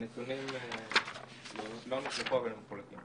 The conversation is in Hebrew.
הנתונים לא נשלחו, אבל הם מחולקים.